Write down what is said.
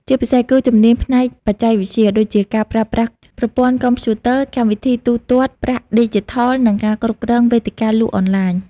ជាពិសេស គឺជំនាញផ្នែកបច្ចេកវិទ្យា ដូចជាការប្រើប្រាស់ប្រព័ន្ធកុំព្យូទ័រ កម្មវិធីទូទាត់ប្រាក់ឌីជីថល ឬការគ្រប់គ្រងវេទិកាលក់អនឡាញ។